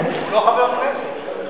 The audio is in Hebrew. לא חבר כנסת.